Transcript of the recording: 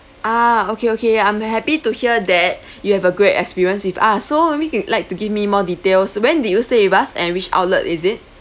ah okay okay I'm happy to hear that you have a great experience with us maybe you like to give me more details when did you stay with us and which outlet is it